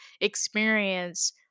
experience